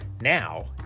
Now